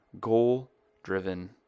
goal-driven